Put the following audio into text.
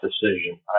decision